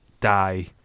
die